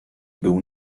był